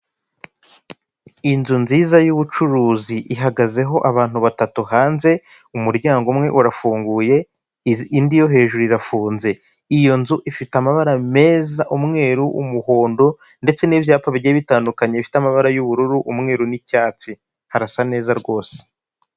Inzu nziza y'ubucuruzi, ihagazeho abantu batatu hanze, umuryango umwe urafunguye, indi yo hejuru irafunze, iyo nzu ifite amabara meza umweru, umuhondo ndetse n'ibyapa bigiye bitandukanye bifite amabara y'ubururu, umweru n'icyatsi, harasa neza rwose.